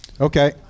Okay